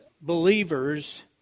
believers